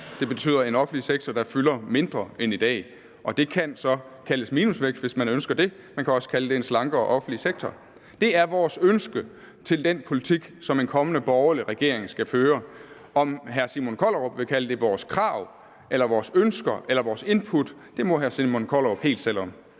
det betyder en offentlig sektor, der fylder mindre end i dag. Det kan så kaldes minusvækst, hvis man ønsker det. Man kan også kalde det en slankere offentlig sektor. Det er vores ønske til den politik, som en kommende borgerlig regering skal føre. Om hr. Simon Kollerup vil kalde det vores krav, vores ønsker eller vores input, må hr. Simon Kollerup helt selv om.